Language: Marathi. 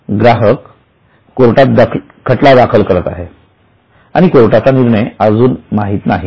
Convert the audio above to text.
ग्राहक कोर्टात खटला दाखल करत आहे आणि कोर्टाचा निर्णय अजून माहीत नाही